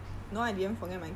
you did